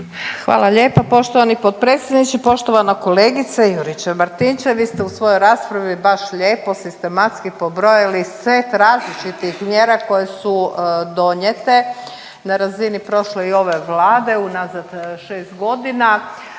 Hvala lijepo poštovani potpredsjedniče, poštovana kolegice Juričev-Martinčev. Vi ste u svojoj raspravi baš lijepo sistematski pobrojali set različitih mjera koje su donijete na razini prošle i ove Vlade, unazad 6 godina.